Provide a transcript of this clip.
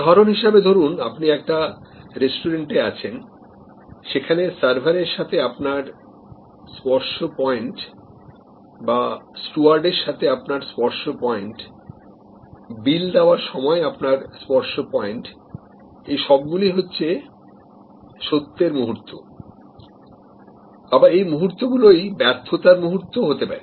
উদাহরণ হিসেবে ধরুন আপনি একটা রেস্টুরেন্টে আছেন সেখানে সার্ভারের সাথে আপনার স্পর্শ পয়েন্ট বা স্টুয়ার্ডের সাথে আপনার স্পর্শ পয়েন্ট বিল দেওয়ার সময় আপনার স্পর্শ পয়েন্ট এই সবগুলি হচ্ছে সত্যের মুহূর্ত আবার এই মুহূর্তগুলো ই ব্যর্থতার মুহূর্ত হতে পারে